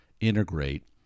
integrate